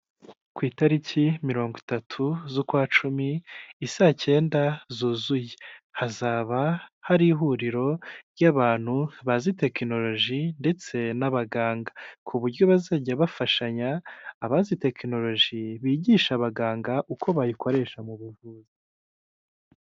Ku itariki mirongo itatu z'ukwa cumi i saa cyenda zuzuye hazaba hari ihuriro ry'abantu bazi tekinoloji ndetse n'abaganga kuburyo bazajya bafashanya abazi tekinoloji bigisha abaganga uko bayikoresha mu buvuzi.